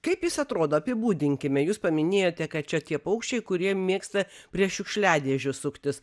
kaip jis atrodo apibūdinkime jūs paminėjote kad čia tie paukščiai kurie mėgsta prie šiukšliadėžių suktis